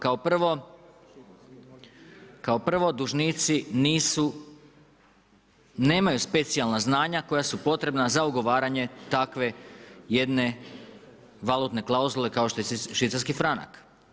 Kao prvo dužnici nisu, nemaju specijalna znanja koja su potrebna za ugovaranje takve jedne valutne klauzule kao što je švicarski franak.